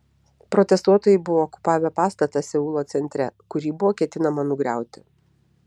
protestuotojai buvo okupavę pastatą seulo centre kurį buvo ketinama nugriauti